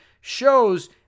shows